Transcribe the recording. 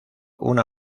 una